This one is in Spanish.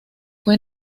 fue